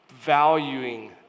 valuing